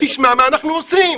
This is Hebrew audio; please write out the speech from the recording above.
תשמע מה אנחנו עושים.